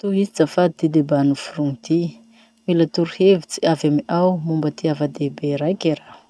Tohizo azafady ty debat noforogny ty: mila torohevitsy avy amy ao momba ty zavadehibe raike raho.